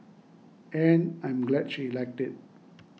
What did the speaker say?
and I'm glad she liked it